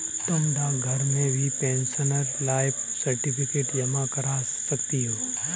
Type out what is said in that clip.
तुम डाकघर में भी पेंशनर लाइफ सर्टिफिकेट जमा करा सकती हो